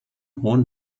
hohen